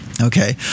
Okay